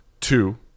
Two